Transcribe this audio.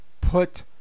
put